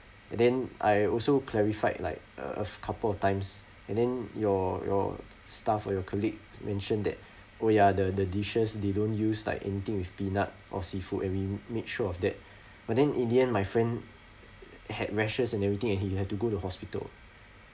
and then I also clarified like a a couple of times and then your your staff or your colleague mentioned that oh ya the the dishes they don't use like anything with peanut or seafood and we make sure of that but then in the end my friend uh had rashes and everything and he had to go to hospital